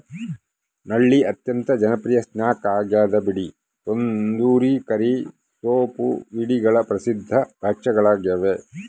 ನಳ್ಳಿ ಅತ್ಯಂತ ಜನಪ್ರಿಯ ಸ್ನ್ಯಾಕ್ ಆಗ್ಯದ ಏಡಿ ತಂದೂರಿ ಕರಿ ಸೂಪ್ ಏಡಿಗಳ ಪ್ರಸಿದ್ಧ ಭಕ್ಷ್ಯಗಳಾಗ್ಯವ